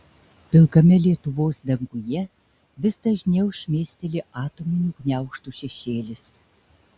pilkame lietuvos danguje vis dažniau šmėsteli atominių gniaužtų šešėlis